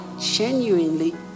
genuinely